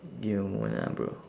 give me a moment ah bro